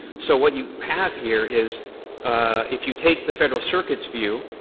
so what you have here is if you take the federal circuit's view,